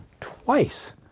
twice